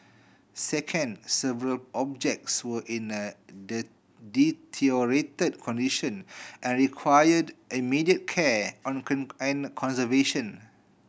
second several objects were in a the deteriorated condition and required immediate care on and conservation